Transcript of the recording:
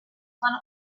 one